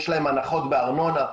יש להם הנחות בארנונה.